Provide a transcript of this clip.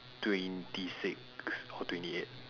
twenty six or twenty eight